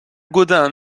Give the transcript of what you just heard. gaudin